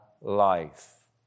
life